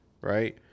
right